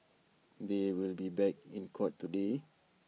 they will be back in court today